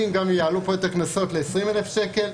גם אם יעלו פה את הקנסות ל-20,000 שקל,